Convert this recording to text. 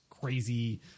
crazy